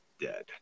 Dead